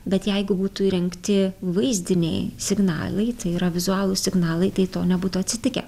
bet jeigu būtų įrengti vaizdiniai signalai tai yra vizualūs signalai tai to nebūtų atsitikę